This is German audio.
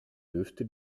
dürfte